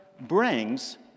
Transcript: brings